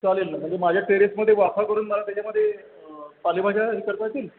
चालेल ना म्हणजे माझ्या टेरेसमध्ये वाफे करून द्या त्याच्यामध्ये पालेभाज्याही करता येतील